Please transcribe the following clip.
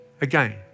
Again